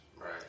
Right